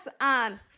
on